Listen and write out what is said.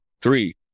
three